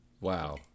Wow